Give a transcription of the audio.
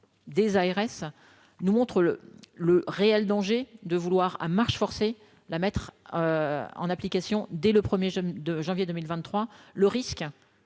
des ARS nous montre le le réel danger de vouloir à marche forcée la mettre en application dès le 1er jeu de janvier 2023 le risque,